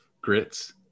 grits